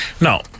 Now